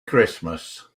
christmas